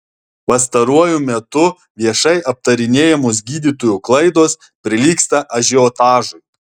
pastaruoju metu viešai aptarinėjamos gydytojų klaidos prilygsta ažiotažui